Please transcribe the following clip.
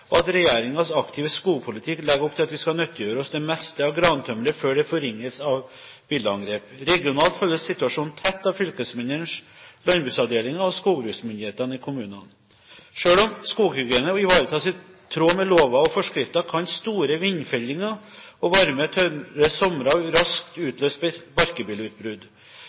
og at regjeringens aktive skogpolitikk legger opp til at vi skal nyttiggjøre oss det meste av grantømmeret før det forringes av billeangrep. Regionalt følges situasjonen tett av fylkesmennenes landbruksavdelinger og skogbruksmyndighetene i kommunene. Selv om skoghygienen ivaretas i tråd med lover og forskrifter, kan store vindfellinger og varme, tørre somre raskt